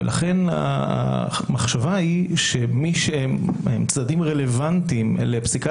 המחשבה היא שצדדים רלוונטיים לפסיקת